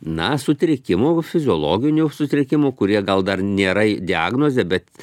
na sutrikimų fiziologinių sutrikimų kurie gal dar nėra diagnozė bet